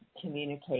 communicate